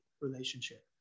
relationship